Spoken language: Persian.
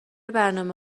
برنامه